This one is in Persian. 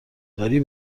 داری